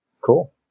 Cool